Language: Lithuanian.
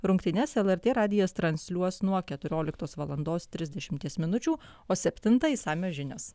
rungtynes lrt radijas transliuos nuo keturioliktos valandos trisdešimties minučių o septintą išsamios žinios